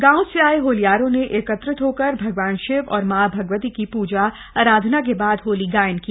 गांवों से आए होल्यारों ने एकत्र होकर भगवान शिव और मां भगवती की पूजा आराधना के बाद होली गायन किया